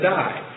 die